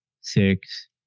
six